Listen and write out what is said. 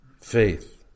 faith